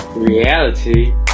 Reality